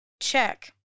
check